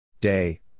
Day